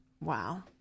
Wow